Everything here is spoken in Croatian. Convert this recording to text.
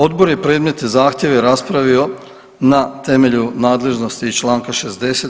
Odbor je predmetne zahtjeve raspravio na temelju nadležnosti iz članka 60.